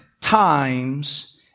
times